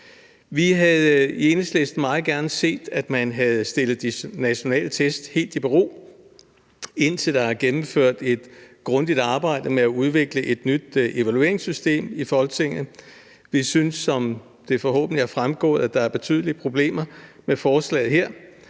Vi havde i Enhedslisten meget gerne set, at man havde stillet de nationale test helt i bero, indtil der er gennemført et grundigt arbejde i Folketinget med at udvikle et nyt evalueringssystem. Vi synes, som det forhåbentlig er fremgået, at der er betydelige problemer med forslaget her.